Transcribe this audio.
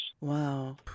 Wow